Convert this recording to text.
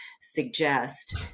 suggest